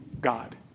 God